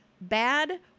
bad